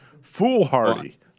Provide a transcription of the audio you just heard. Foolhardy